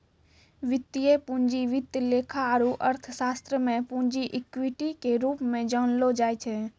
वित्तीय पूंजी वित्त लेखा आरू अर्थशास्त्र मे पूंजी इक्विटी के रूप मे जानलो जाय छै